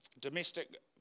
domestic